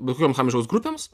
bet kokioms amžiaus grupėms